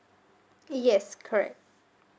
yes correct